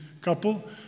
couple